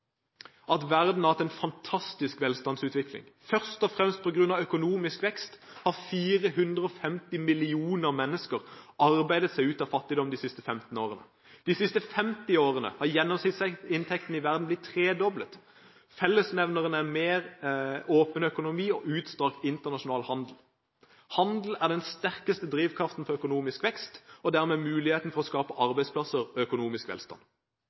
at verden har hatt en fantastisk velstandsutvikling. Først og fremst på grunn av økonomisk vekst har 450 millioner mennesker arbeidet seg ut av fattigdom de siste 15 årene. De siste 50 årene har gjennomsnittsinntekten i verden blitt tredoblet. Fellesnevneren er en mer åpen økonomi og utstrakt internasjonal handel. Handel er den sterkeste drivkraften for økonomisk vekst og dermed muligheten for å skape arbeidsplasser og økonomisk velstand.